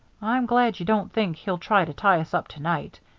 i'm glad you don't think he'll try to tie us up to-night.